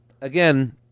Again